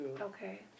Okay